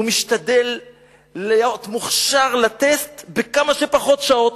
כל אחד משתדל להיות מוכשר לטסט בכמה שפחות שעות,